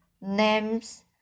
names